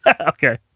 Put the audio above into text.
Okay